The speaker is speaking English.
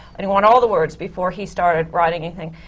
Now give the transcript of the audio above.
and he wanted all the words before he started writing anything.